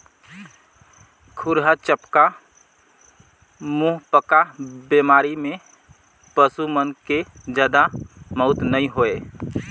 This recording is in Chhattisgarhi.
खुरहा चपका, मुहंपका बेमारी में पसू मन के जादा मउत नइ होय